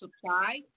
supply